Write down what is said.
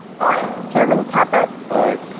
aye. chairman caput. aye.